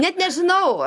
net nežinau